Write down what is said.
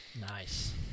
nice